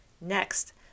Next